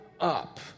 up